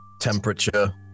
temperature